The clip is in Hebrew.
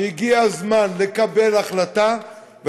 והגיע הזמן לקבל החלטה.